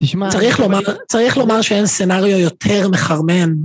צריך לומר שאין סצנריו יותר מחרמן.